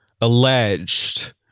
alleged